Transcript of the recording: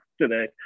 today